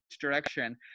direction